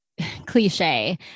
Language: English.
cliche